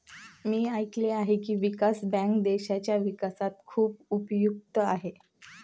मी ऐकले आहे की, विकास बँक देशाच्या विकासात खूप उपयुक्त आहे